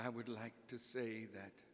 i would like to say that